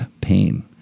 pain